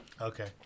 Okay